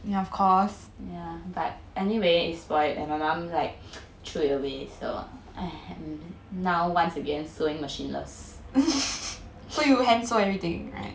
yeah but anyway it's spoilt and my mum like throw it away so I am now once again sewing machine less